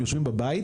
הם יושבים בבית,